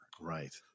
Right